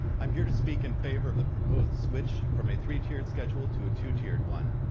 i'm here to speak in favor of the proposed switch from a three-tiered schedule to a two-tiered one.